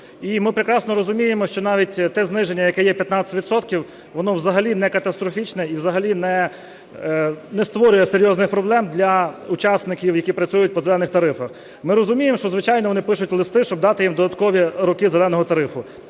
І ми прекрасно розуміємо, що навіть те зниження, яке є, 15 відсотків, воно взагалі некатастрофічне і взагалі не створює серйозних проблем для учасників, які працюють по "зелених" тарифах. Ми розуміємо, що, звичайно, вони пишуть листи, щоб дати їм додаткові роки "зеленого" тарифу,